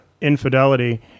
infidelity